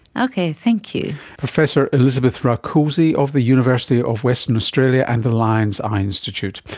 okay, thank you. professor elizabeth rakoczy of the university of western australia and the lions eye institute.